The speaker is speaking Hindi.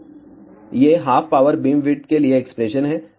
तो ये हाफ पावर बीमविड्थ के लिए एक्सप्रेशन हैं